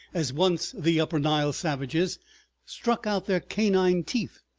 as once the upper nile savages struck out their canine teeth,